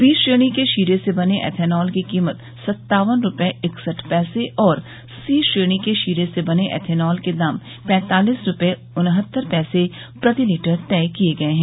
B श्रेणी के शीरे से बने एथेनॉल की कीमत सत्तावन रूपये इकसठ पैसे और सी श्रेणी के शीरे से बने एथेनॉल के दाम पैंतालिस रूपये उनहतर पैसे प्रति लीटर तय किए गये हैं